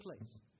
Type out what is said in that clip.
place